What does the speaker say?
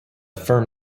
firm